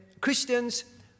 Christians